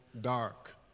dark